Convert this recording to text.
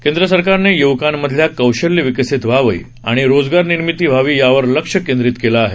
केंद्र सरकारने युवकांमध्ये कौशल्य विकसित व्हावी आणि रोजगार निर्मिती व्हावी यावर लक्ष केंद्रीत केले आहे